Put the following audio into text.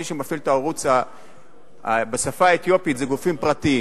מי שמפעיל את הערוץ בשפה האתיופית זה גופים פרטיים.